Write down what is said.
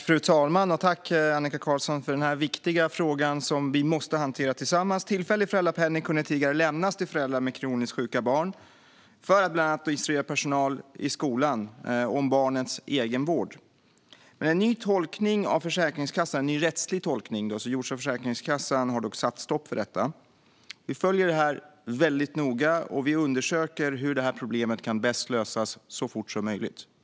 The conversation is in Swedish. Fru talman! Tack, Annika Qarlsson, för denna viktiga fråga som vi måste hantera tillsammans! Tillfällig föräldrapenning kunde tidigare lämnas till föräldrar med kroniskt sjuka barn för att de bland annat skulle kunna instruera personal i skolan om barnets egenvård. Men en ny rättslig tolkning som har gjorts av Försäkringskassan har satt stopp för detta. Vi följer detta väldigt noga och undersöker hur problemet bäst kan lösas så fort som möjligt.